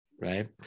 right